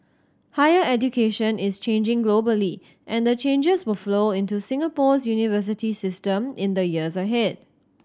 higher education is changing globally and the changes will flow into Singapore's university system in the years ahead